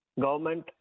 government